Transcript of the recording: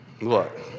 Look